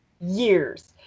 years